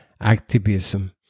activism